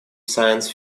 science